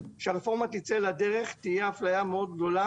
שכשהרפורמה תצא לדרך ותהיה אפליה מאוד גדולה